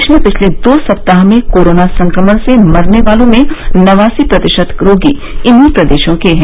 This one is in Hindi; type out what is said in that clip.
देश में पिछले दो सप्ताह में कोरोना संक्रमण से मरने वालों में नवासी प्रतिशत रोगी इन्हीं प्रदेशों के हैं